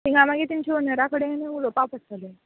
तिंगा मागीर तेंचे ओनरा कडेन उलोवपा पडटलें